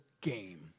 game